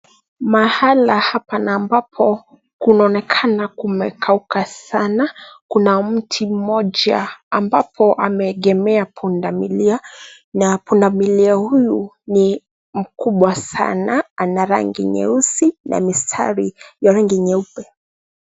Mahala hapa na ambapo kunaonekana kumekuka sana. Kuna mti mmoja ambapo ameegemea pundamilia na pundamilia huyu ni mkubwa sana. Ana rangi nyeusi na mistari ya rangi nyeupe .